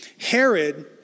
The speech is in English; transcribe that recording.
Herod